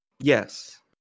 Yes